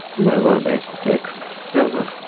you know um back to texas ever